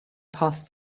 passed